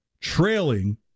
Trailing